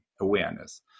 awareness